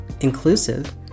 inclusive